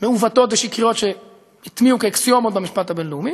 מעוותות ושקריות שהטמיעו כאקסיומות במשפט הבין-לאומי.